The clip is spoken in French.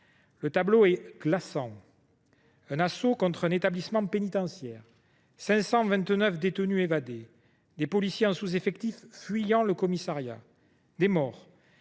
Le tableau est glaçant : un assaut contre un établissement pénitentiaire, 529 détenus évadés, des policiers en sous effectif fuyant le commissariat, des morts,